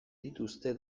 dituzte